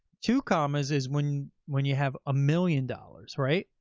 two commas is when when you have a million dollars, right?